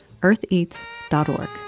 eartheats.org